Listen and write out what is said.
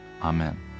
Amen